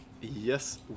Yes